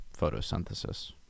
photosynthesis